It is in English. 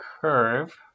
curve